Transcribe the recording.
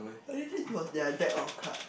but then this was their deck of card